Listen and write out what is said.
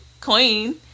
Queen